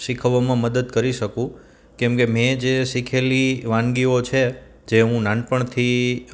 શીખવવામાં મદદ કરી શકું કેમકે મેજે શીખેલી વાનગીઓ છે જે હું નાનપણથી